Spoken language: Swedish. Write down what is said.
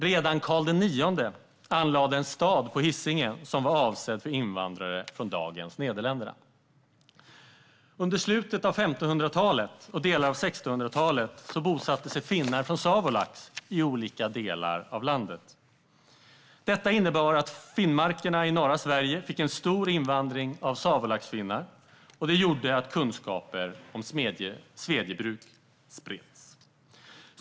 Redan Karl IX anlade en stad på Hisingen som var avsedd för invandrare från dagens Nederländerna. Under slutet av 1500-talet och under delar av 1600-talet bosatte sig finnar från Savolax i olika delar av landet. Detta innebar att finnmarkerna i norra Sverige fick en stor invandring av Savolaxfinnar, och det gjorde att kunskaper om svedjebruk spreds.